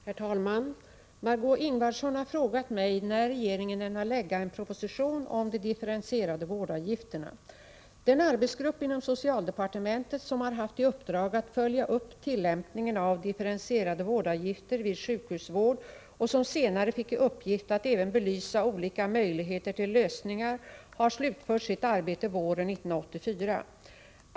Herr talman! Margé Ingvardsson har frågat mig när regeringen ämnar lägga fram en proposition om de differentierade vårdavgifterna. Den arbetsgrupp inom socialdepartementet som har haft i uppdrag att följa upp tillämpningen av differentierade vårdavgifter vid sjukhusvård och som senare fick i uppgift att även belysa olika möjligheter till lösningar har slutfört sitt arbete våren 1984.